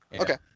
okay